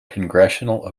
congressional